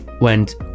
went